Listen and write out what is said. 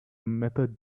method